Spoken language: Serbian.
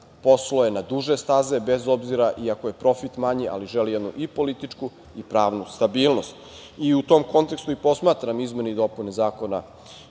posluje na duže staze, bez obzira i ako je profit manji, ali želi jednu i političku i pravnu stabilnost.U tom kontekstu i posmatram izmene i dopune Zakona